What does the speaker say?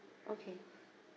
okay